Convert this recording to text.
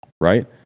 right